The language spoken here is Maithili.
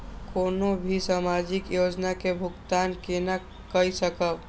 कोनो भी सामाजिक योजना के भुगतान केना कई सकब?